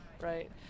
Right